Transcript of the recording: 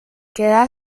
queda